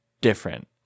different